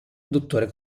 dottore